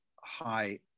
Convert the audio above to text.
high